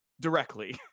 directly